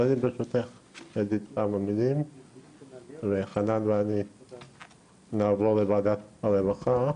אז אני ברשותך אגיד כמה מילים וחנן ואני נעבור לוועדת הרווחה.